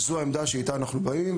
זו העמדה שאיתה אנחנו באים,